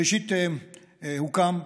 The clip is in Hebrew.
ראשית, הוקם,